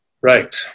Right